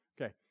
Okay